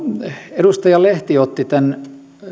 edustaja lehti otti esille tämän